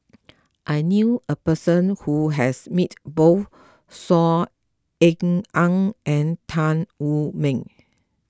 I knew a person who has met both Saw Ean Ang and Tan Wu Meng